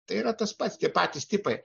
tai yra tas pats tie patys tipai